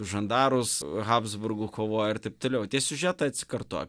žandarus habsburgų kovojo ir taip toliau tie siužetai atsikartoja